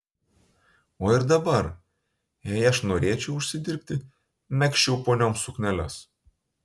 o ir dabar jei aš norėčiau užsidirbti megzčiau ponioms sukneles